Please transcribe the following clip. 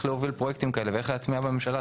להוביל פרויקטים כאלה ואיך להטמיע בממשלה.